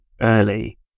early